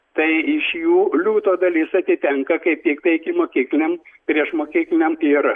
tai iš jų liūto dalis atitenka kaip tik tai ikimokykliniam priešmokykliniam ir